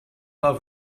pas